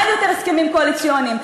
אין יותר הסכמים קואליציוניים,